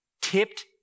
tipped